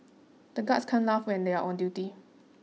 the guards can't laugh when they are on duty